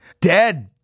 Dead